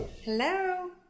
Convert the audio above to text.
Hello